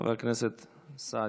חבר הכנסת סעדי.